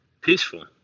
Peaceful